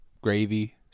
gravy